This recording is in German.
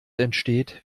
entsteht